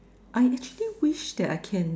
I actually wished that I can